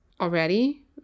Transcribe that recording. already